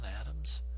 Adams